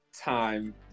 time